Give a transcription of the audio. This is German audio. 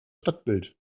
stadtbild